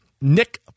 Nick